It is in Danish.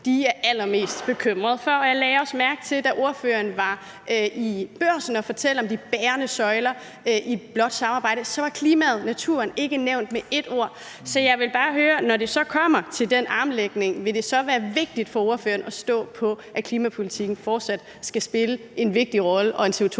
de er allermest bekymret for. Jeg lagde også mærke til, at da ordføreren var i Børsen for at fortælle om de bærende søjler i et blåt samarbejde, var klimaet og naturen ikke nævnt med ét ord. Så jeg vil bare høre, om det, når det kommer til den armlægning, så vil være vigtigt for ordføreren at stå fast på, at klimapolitikken fortsat skal spille en vigtig rolle, og at der